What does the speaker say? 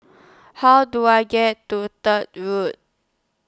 How Do I get to Third Lok